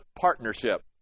partnership